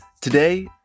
Today